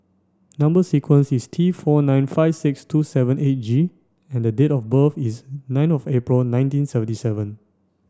number sequence is T four nine five six two seven eight G and the date of birth is nine of April nineteen seventy seven